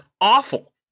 awful